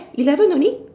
eleven only